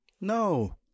no